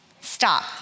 Stop